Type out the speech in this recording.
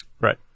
Right